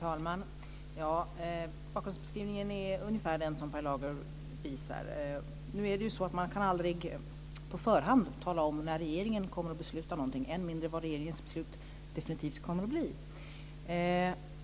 Herr talman! Bakgrunden är ungefär den som Per Lager har beskrivit. Men man kan aldrig på förhand tala om när regeringen kommer att besluta någonting än mindre vad regeringens beslut definitivt kommer att bli.